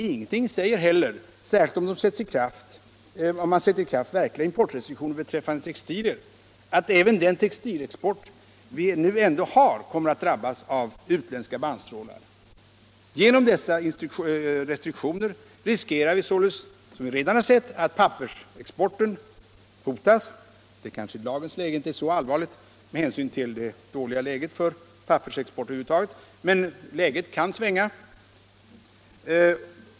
Ingenting säger, särskilt om man sätter i kraft verkliga importrestriktioner beträffande textilier, att inte även den textilexport vi nu ändå har kommer att drabbas av utländska bannstrålar. Genom dessa restriktioner riskerar vi således, som vi redan har sett, att pappersexporten hotas. Det är kanske i dagens situation inte så allvarligt med hänsyn till det dåliga läget för pappersexport över huvud taget, men läget kan svänga.